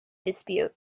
dispute